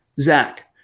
Zach